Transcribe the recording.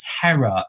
terror